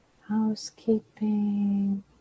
housekeeping